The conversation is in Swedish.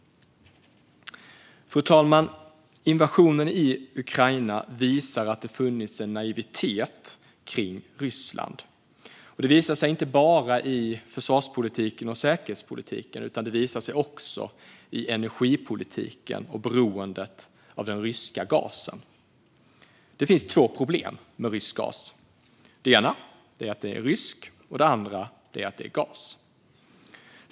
Fru talman! Invasionen i Ukraina visar att det har funnits en naivitet kring Ryssland. Den har inte bara visat sig i försvarspolitiken och säkerhetspolitiken utan också i energipolitiken och beroendet av den ryska gasen. Det finns två problem med rysk gas. Det ena är att den är rysk. Det andra är att det är gas.